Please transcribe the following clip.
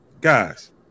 guys